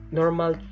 normal